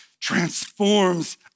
transforms